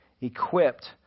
equipped